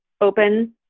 open